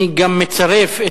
הצבעה.